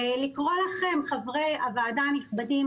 ולקרוא לכם חברי הוועדה הנכבדים,